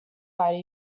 fight